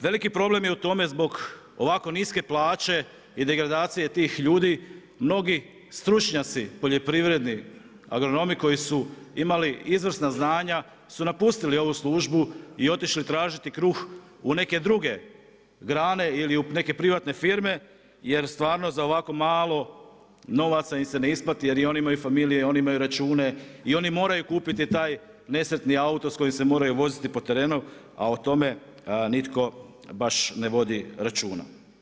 Veliki problem u tome je zbog ovako niske plaće i degradacije tih ljudi, mnogi stručnjaci poljoprivredni, agronomi koji su imali izvrsna znanja su napustili ovu službu i otišli tražiti kruh u neke druge grane ili u neke privatne firme jer stvarno za ovako malo novaca im se ne isplati jer i oni imaju familije, oni imaju račune i oni moraju kupiti taj nesretni auto s kojim se moraju voziti po terenu, a o tome nitko baš ne vodi računa.